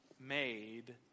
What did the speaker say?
made